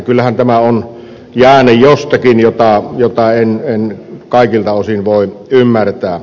kyllähän tämä on jäänne jostakin jota en kaikilta osin voi ymmärtää